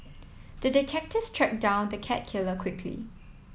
the detective track down the cat killer quickly